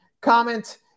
Comment